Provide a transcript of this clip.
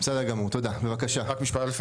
רק משפט אחד,